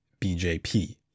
BJP